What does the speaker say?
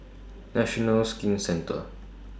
National Skin Centre